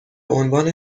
عنوان